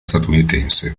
statunitense